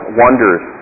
wonders